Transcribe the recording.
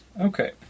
Okay